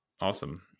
Awesome